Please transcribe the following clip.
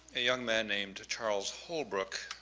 a young man named charles holbrook,